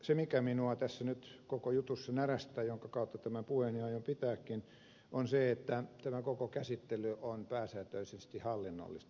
se mikä minua nyt tässä koko jutussa närästää ja jonka kautta tämän puheeni aion pitääkin on se että tämä koko käsittely on pääsääntöisesti hallinnollista